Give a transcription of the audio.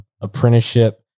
apprenticeship